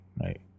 right